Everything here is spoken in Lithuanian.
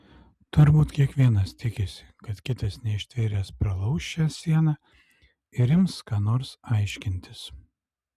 turbūt kiekvienas tikisi kad kitas neištvėręs pralauš šią sieną ir ims ką nors aiškintis